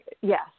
Yes